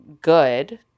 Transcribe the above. good